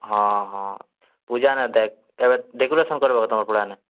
ହଁ ହଁ ପୂଜା ନାଇଁ ଦେଖ୍ ଶଙ୍କର କର୍ବୁ ତମର ପଡ଼ାନେ